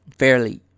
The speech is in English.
Fairly